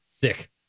sick